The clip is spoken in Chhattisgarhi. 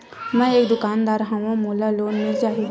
मै एक दुकानदार हवय मोला लोन मिल जाही?